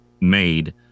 made